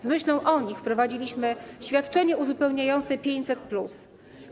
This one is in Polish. Z myślą o nich wprowadziliśmy świadczenie uzupełniające 500+.